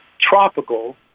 tropical